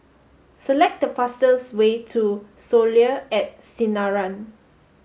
select the fastest way to Soleil at Sinaran